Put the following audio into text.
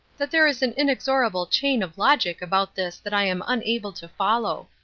that there is an inexorable chain of logic about this that i am unable to follow.